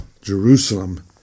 Jerusalem